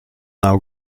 now